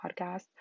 podcast